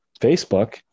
Facebook